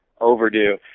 overdue